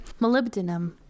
molybdenum